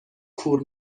کور